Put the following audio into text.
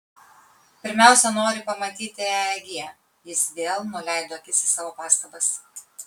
pirmiausia nori pamatyti eeg jis vėl nuleido akis į savo pastabas